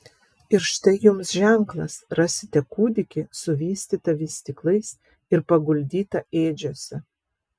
ir štai jums ženklas rasite kūdikį suvystytą vystyklais ir paguldytą ėdžiose